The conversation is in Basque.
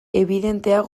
ebidenteak